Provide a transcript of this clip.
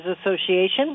Association